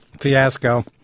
fiasco